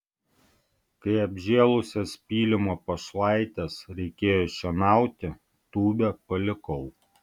kai apžėlusias pylimo pašlaites reikėjo šienauti tūbę palikau